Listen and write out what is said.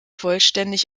vollständig